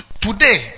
today